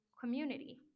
community